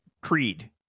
creed